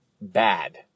bad